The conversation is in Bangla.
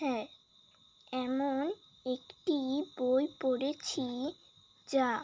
হ্যাঁ এমন একটি বই পড়েছি যা